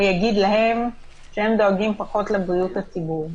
יגיד להם שהם דואגים פחות לבריאות הציבור.